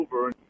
over